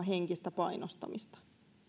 henkistä painostamista